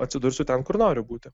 atsidursiu ten kur noriu būti